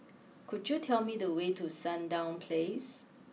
could you tell me the way to Sandown place